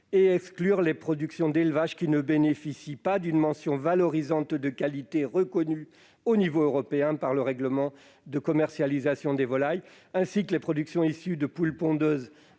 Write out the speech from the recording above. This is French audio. et à exclure les productions d'élevage qui ne bénéficient pas d'une mention valorisante de qualité reconnue au niveau européen par le règlement de commercialisation des volailles, ainsi que les productions issues de poules pondeuses